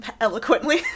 eloquently